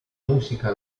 musica